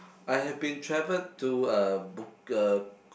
I have been travelled to uh Buk~ uh